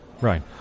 Right